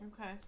Okay